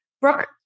Brooke